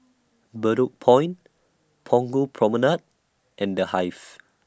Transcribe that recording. Bedok Point Punggol Promenade and The Hive